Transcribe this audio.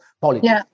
politics